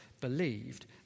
believed